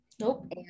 nope